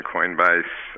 Coinbase